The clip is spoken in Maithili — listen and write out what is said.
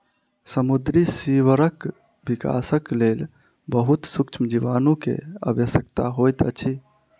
समुद्री सीवरक विकासक लेल बहुत सुक्ष्म जीवाणु के आवश्यकता होइत अछि